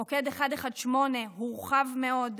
מוקד 118 הורחב מאוד,